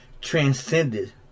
transcended